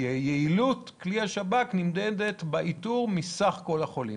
כי היעילות של הכלי נמדדת באיתור מסך כל החולים,